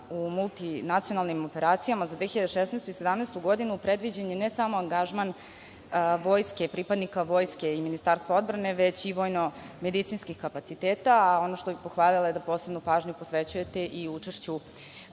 u multinacionalnim operacijama za 2016. i 2017. godinu, predviđen je ne samo angažman pripadnika vojske i Ministarstva odbrane već i vojnomedicinskih kapaciteta. Ono što bih pohvalila posvećujete i učešću